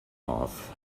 off